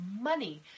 money